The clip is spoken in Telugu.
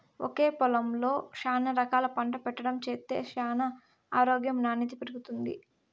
ఒకే పొలంలో శానా రకాలు పంట పెట్టడం చేత్తే న్యాల ఆరోగ్యం నాణ్యత పెరుగుతుంది